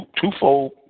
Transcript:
twofold